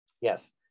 yes